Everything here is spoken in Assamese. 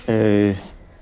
এই